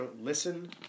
listen